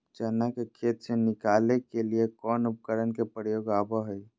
चना के खेत से निकाले के लिए कौन उपकरण के प्रयोग में आबो है?